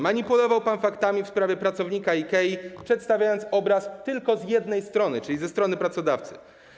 Manipulował pan faktami w sprawie pracownika IKEA, przedstawiając obraz tylko z jednej strony, ze strony pracodawcy.